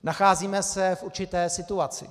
Nacházíme se ale v určité situaci.